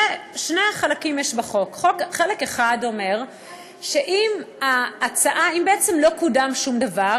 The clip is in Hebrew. שני חלקים יש בחוק: חלק אחד אומר שאם בעצם לא קודם שום דבר,